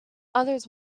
others